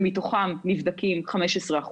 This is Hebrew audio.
ומתוכם נבדקים 15%,